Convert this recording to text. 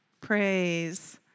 Praise